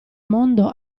mondo